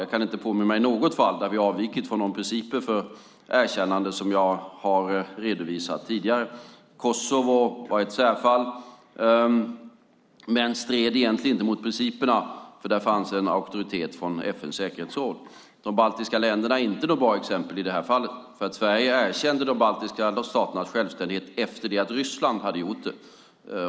Jag kan inte påminna mig något fall där vi har avvikit från de principer för erkännande som jag har redovisat tidigare. Kosovo var ett särfall, men stred egentligen inte mot principerna. Där fanns en auktoritet från FN:s säkerhetsråd. De baltiska länderna är inte något bra exempel i det här fallet. Sverige erkände de baltiska staternas självständighet efter det att Ryssland hade gjort det.